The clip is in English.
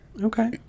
Okay